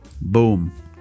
Boom